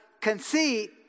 conceit